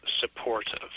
supportive